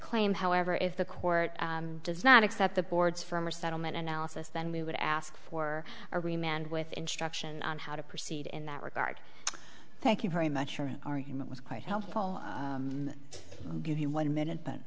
claim however if the court does not accept the boards for settlement analysis then we would ask for a remained with instruction on how to proceed in that regard thank you very much for an argument was quite helpful give me one minute but